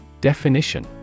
Definition